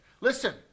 Listen